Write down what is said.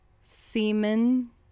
semen